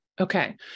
Okay